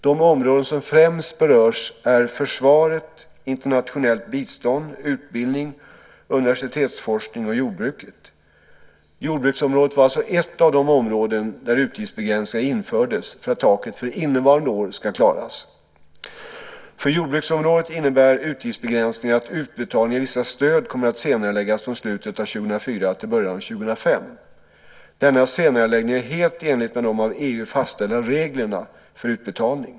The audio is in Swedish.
De områden som främst berörs av dessa åtgärder är försvaret, internationellt bistånd, utbildning och universitetsforskning samt jordbruket. Jordbruksområdet var alltså ett av en rad områden där utgiftsbegränsningar infördes för att taket för innevarande år ska klaras. För jordbruksområdet innebär utgiftsbegränsningarna att utbetalningen av vissa stöd kommer att senareläggas från slutet av 2004 till början av 2005. Denna senareläggning är helt i enlighet med de av EU fastställda reglerna för utbetalning.